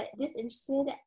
disinterested